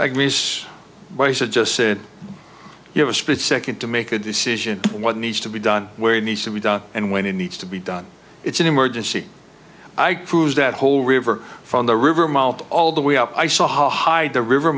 agnes i said just said you have a split second to make a decision what needs to be done where it needs to be done and when it needs to be done it's an emergency i cruise that whole river from the river mouth all the way up i saw how high the river